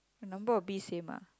the number of bees same ah